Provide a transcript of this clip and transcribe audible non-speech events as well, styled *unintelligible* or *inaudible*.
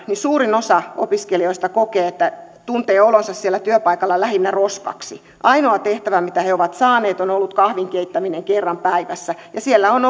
niin suurin osa opiskelijoista kokee että tuntee olonsa siellä työpaikalla lähinnä roskaksi ainoa tehtävä mitä he ovat saaneet on ollut kahvin keittäminen kerran päivässä ja siellä on *unintelligible*